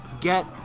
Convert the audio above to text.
get